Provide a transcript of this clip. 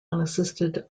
unassisted